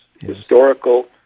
historical